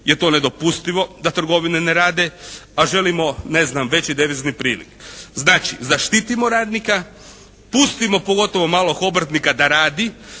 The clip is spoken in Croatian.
je to nedopustivo da trgovine ne rade, a želimo, ne znam, veći devizni priliv. Znači zaštitimo radnika. Pustimo pogotovo malog obrtnika da radi.